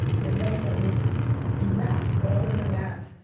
i'd like to at least do that. but other than that,